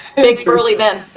thanks, burly men.